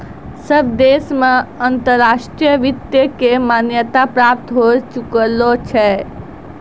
सब देश मे अंतर्राष्ट्रीय वित्त के मान्यता प्राप्त होए चुकलो छै